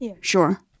sure